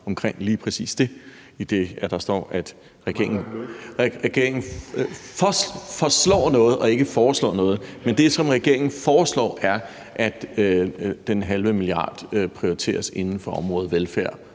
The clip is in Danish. mangler et nul), at regeringen forslår noget og ikke foreslår noget, men det, som regeringen foreslår, er, at den halve milliard kroner prioriteres inden for området velfærd